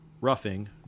roughing